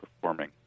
performing